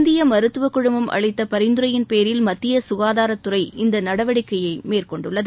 இந்திய மருத்துவக் குழுமம் அளித்த பரிந்துரையின்பேரில் மத்திய சுகாதாரத்துறை இந்த நடவடிக்கையை மேற்கொண்டுள்ளது